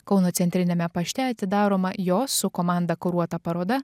kauno centriniame pašte atidaroma jos su komanda kuruota paroda